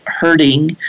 hurting